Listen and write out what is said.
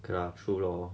okay lah true lor